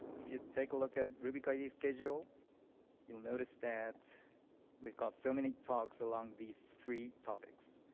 if you take a look at rubykaigi's schedule you'll notice that we've got so many talks along these three topics.